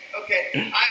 Okay